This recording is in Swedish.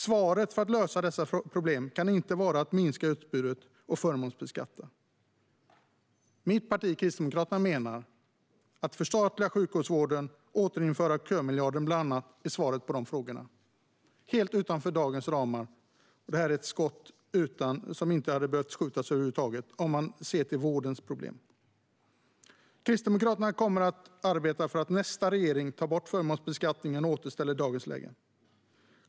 Lösningarna på dessa problem kan inte vara att minska utbudet och att förmånsbeskatta. Mitt parti, Kristdemokraterna, menar att lösningar bland annat är att förstatliga sjukhusvården och att återinföra kömiljarden. Det är helt utanför dagens ramar. Och det här är ett skott som inte hade behövt skjutas över huvud taget, om man ser till problemen i vården. Kristdemokraterna kommer att arbeta för att nästa regering ska ta bort förmånsbeskattningen och återställa dagens läge.